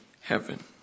heaven